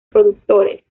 productores